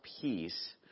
peace